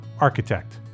architect